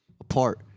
apart